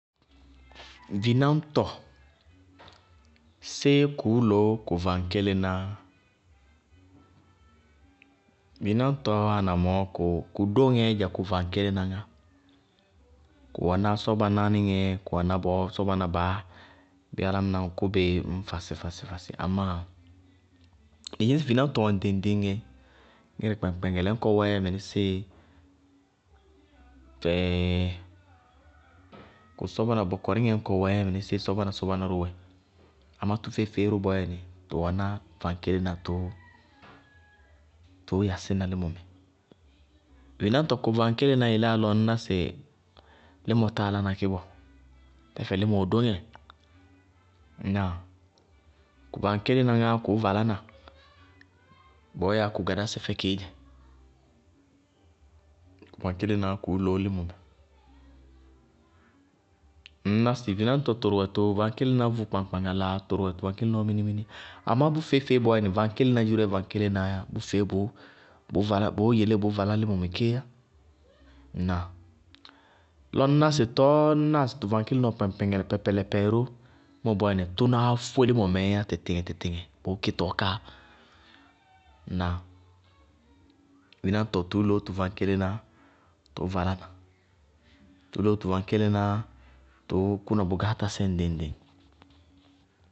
Dináñtɔ, séé kʋʋ loó kʋ vaŋkélenáá? Vináñtɔɔ wáana mɔɔ, kʋ dóŋɛɛ dzɛ kʋ vaŋkélenáá ŋá. Kʋ wɛná sɔbanáníŋɛ, kʋ wɛná sɔbaná bɔɔ sɔbaná baá bíɩ álámɩná ŋ kʋ bɩí, ññ fasɩ fasɩ fasɩ, amá ɩ dɩñsɩ vináñtɔ wɛ ŋɖɩŋ-ŋɖɩŋ éé, ŋírɛ kpɛŋkpɛŋɛlɛ ñkɔ wɛ kʋ sɔbaná bɔkɔríŋɛ ñkɔ wɛ mɩnísíɩ kʋ sɔbaná-sabaná ñkɔ ró wɛ. Amá tʋ feé-feé bɔɔyɛnɩ tʋ wɛná vaŋkélená tʋʋ yasína límɔ mɛ. Vináñtɔ, kʋ vaŋkélenáá yeléyá lɔ ŋñná sɩ límɔ táa lána kí bɔɔ, tɛfɛ límɔ wɛ dóŋɛ. Ŋnáa? Kʋ vaŋkélenáá ŋáá kʋʋ valá na bɔɔ yáa kʋ gadàsɛ fɛ kɩí dzɛ. Kʋ vaŋkélená ŋáá kʋʋ loó límɔ mɛ. Ŋñná sɩ vináñtɔ tʋrʋwɛ tʋ vaŋkélená vʋ kpaŋkpaŋalaa, tʋrʋwɛ tʋ vaŋkélená wɛ minimini, amá bʋ feé-feé bɔɔyɛnɩ vaŋkélená yɛ vaŋkélenáá yá, bʋfeé bʋʋ yelé bʋʋ valá límɔ mɛ kéé yá, ŋnáa? Lɔ ŋñná sɩ tɔɔ ñná sɩ tɔɔ ñnáa lɔ tʋ vaŋkélená wɛ kpɛŋkpɛŋɛlɛ pɛpɛlɛpɛ ró mɔ nɩ, tʋnáá fóe límɔ mɛɛ yá tɩtɩŋɛ tɩtɩŋɛ bʋʋ kí tɔɔ káa. Ŋnáa? Vináñtɔ, tʋʋ loó tʋ vaŋkélená tʋʋ valá na, tʋʋ loó tʋ vaŋkélená tʋʋ kʋna bʋgáátasɛ ŋɖɩŋ-ŋɖɩŋ.